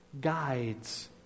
guides